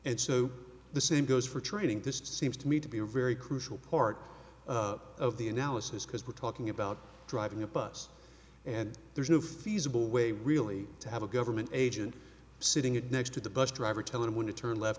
and so the same goes for training this seems to me to be a very crucial part of the analysis because we're talking about driving a bus and there's new feasible way really to have a government agent sitting it next to the bus driver tell him when to turn left